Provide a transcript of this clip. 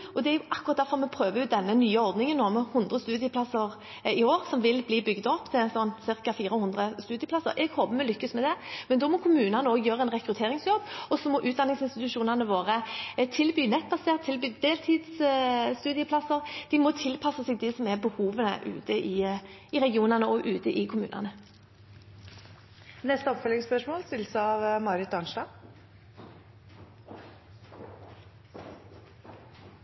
og det er akkurat derfor vi prøver ut den nye ordningen nå, med 100 studieplasser i år, som vil bli bygd opp til ca. 400 studieplasser. Jeg håper vi lykkes med det, men da må kommunene også gjøre en rekrutteringsjobb, og så må utdanningsinstitusjonene våre tilby nettbaserte deltidsstudieplasser – de må tilpasse seg behovet i regionene og ute i kommunene. Det blir oppfølgingsspørsmål – først Marit Arnstad.